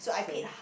fam